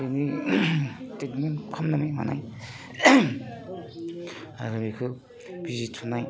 बिनि ट्रिटमेन्ट खामनाय मानाय आरो बेखौ बिजि थुनाय